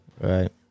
Right